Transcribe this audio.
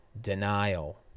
denial